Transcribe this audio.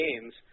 games